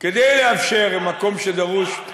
כדי לאפשר, במקום שדרוש, גם